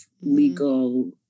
legal